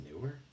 newer